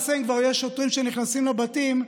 אם כבר יש שוטרים שנכנסים לבתים,